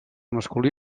masculí